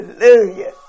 Hallelujah